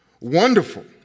Wonderful